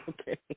Okay